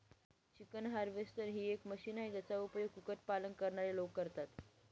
chicken harvester ही एक machine आहे, ज्याचा उपयोग कुक्कुट पालन करणारे लोक करतात